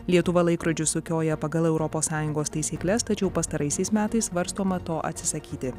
lietuva laikrodžius sukioja pagal europos sąjungos taisykles tačiau pastaraisiais metais svarstoma to atsisakyti